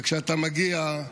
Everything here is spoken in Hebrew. כשאתה מגיע,